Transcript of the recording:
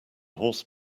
horse